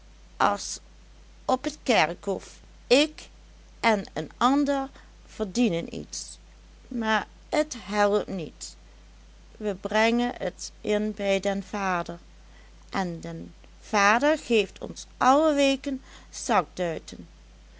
as op t kerkhof ik en een ander verdienen iets maar et helpt niet we brengen et in bij den vader en de vader geeft ons alle weken